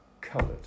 coloured